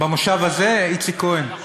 במושב הזה, איציק כהן?